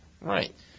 Right